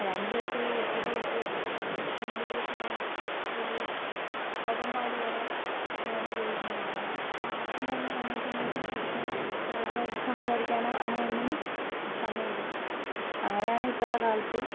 ഒരു അഞ്ചു വയസ്സുള്ള കുട്ടികള് തൊട്ട് എൺപത് വയസ്സുള്ള വലിയ അപ്പാപ്പന്മാര് വരെ ഫോൺ ഉപയോഗിക്കുന്ന കാലമാണ് അപ്പോൾ ആർക്കും തമ്മിൽ അങ്ങോട്ടുമിങ്ങോട്ടും പഠിക്കാൻ അതായത് സംസാരിക്കാനോ അങ്ങനെ ഒന്നിനും സമയമില്ല അങ്ങനെയാണ് ഇപ്പഴത്തെ കാലത്ത്